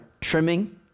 trimming